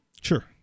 Sure